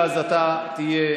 ואז אתה תהיה.